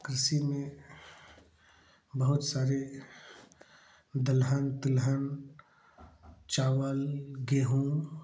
कृषि में बहुत सारी दलहन तिलहन चावल गेहूँ